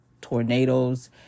tornadoes